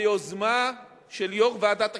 ביוזמה של יושב-ראש ועדת הכספים,